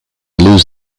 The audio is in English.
lose